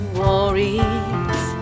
worries